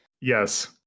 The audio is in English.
Yes